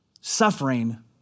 suffering